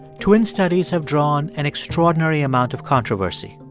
twin studies have drawn an extraordinary amount of controversy.